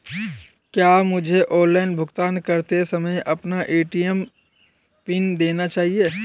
क्या मुझे ऑनलाइन भुगतान करते समय अपना ए.टी.एम पिन देना चाहिए?